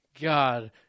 God